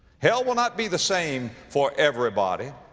hell will not be the same for everybody.